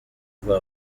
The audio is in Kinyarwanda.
urwa